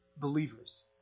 believers